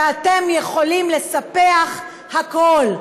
ואתם יכולים לספח הכול,